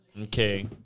Okay